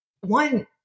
One